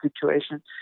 situation